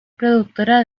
productora